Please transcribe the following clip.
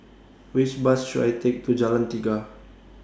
Which Bus should I Take to Jalan Tiga